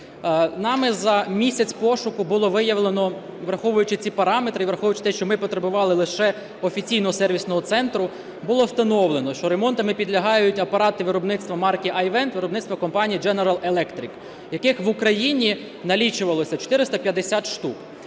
Нами за місяць пошуку було виявлено, враховуючи ці параметри і враховуючи те, що ми потребували лише офіційного сервісного центру, було встановлено, що ремонту підлягають апарати виробництва марки iVent виробництво компанії General Electric, яких в Україні налічувалося 450 штук.